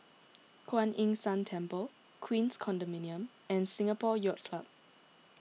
Kuan Yin San Temple Queens Condominium and Singapore Yacht Club